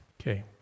Okay